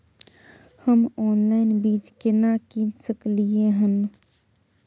हम ऑनलाइन बीज केना कीन सकलियै हन?